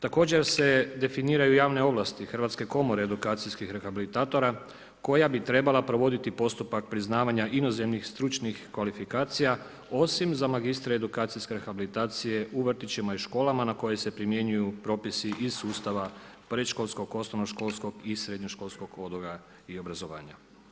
Također se definiraju javne ovlasti Hrvatske komore edukacijskih rehabilitatora koja bi trebala provoditi postupak priznavanja inozemnih stručnih kvalifikacija, osim za magistre edukacijske rehabilitacije u vrtićima i školama na koje se primjenjuju propisi iz sustava predškolskog, osnovnoškolskog i srednjoškolskog odgoja i obrazovanja.